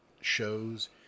shows